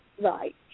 Right